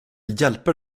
hjälper